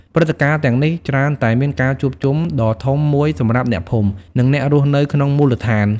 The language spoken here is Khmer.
ព្រឹត្តិការណ៍ទាំងនេះច្រើនតែមានការជួបជុំដ៏ធំមួយសម្រាប់អ្នកភូមិ និងអ្នករស់នៅក្នុងមូលដ្ឋាន។